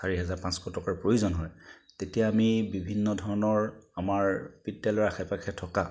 চাৰি হেজাৰ পাঁচশ টকাৰ প্ৰয়োজন হয় তেতিয়া আমি বিভিন্ন ধৰণৰ আমাৰ বিদ্যালয়ৰ আশে পাশে থকা